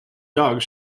dogs